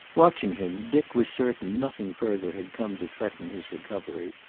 watching him, dick was certain nothing further had come to threaten his recovery.